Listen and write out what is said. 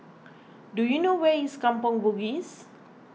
do you know where is Kampong Bugis